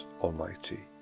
Almighty